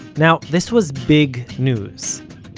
now, this was big news.